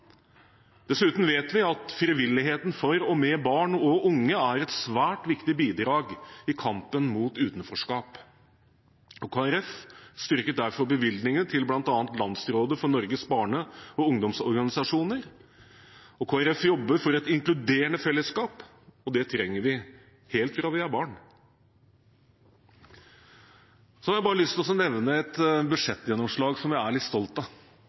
Dessuten vet vi at frivilligheten for og med barn og unge er et svært viktig bidrag i kampen mot utenforskap. Kristelig Folkeparti styrker derfor bevilgningene til bl.a. Landsrådet for Norges barne- og ungdomsorganisasjoner. Kristelig Folkeparti jobber for et inkluderende fellesskap, og det trenger vi helt fra vi er barn. Jeg har lyst til å nevne et budsjettgjennomslag som vi er litt stolt av,